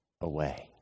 away